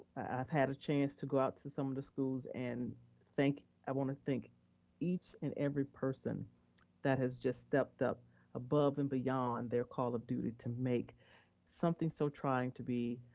i've had a chance to go out to some of the schools and i wanna thank each and every person that has just stepped up above and beyond their call of duty to make something so trying to be